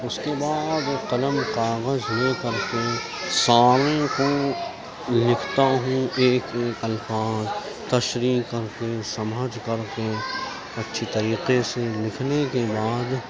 اس کے بعد قلم کاغذ لے کر کے سارنگی کو لکھتا ہوں ایک ایک الفاظ تشریح کر کے سمجھ کر کے اچھی طریقے سے لکھنے کے بعد